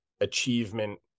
achievement